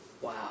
Wow